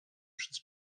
przez